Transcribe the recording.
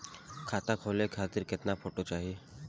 खाता खोले खातिर केतना फोटो चाहीं?